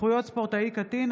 (זכויות ספורטאי קטין),